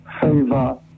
favor